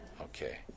Okay